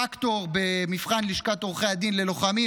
פקטור במבחן לשכת עורכי הדין ללוחמים,